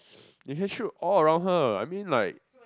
they just shoot all around her I mean like